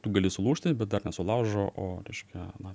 tu gali sulūžti bet dar nesulaužo o reiškia na